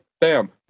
Bam